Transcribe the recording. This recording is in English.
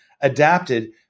adapted